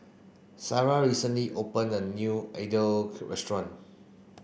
Sarrah recently opened a new Idili restaurant